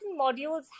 modules